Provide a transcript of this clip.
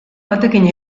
batekin